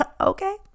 okay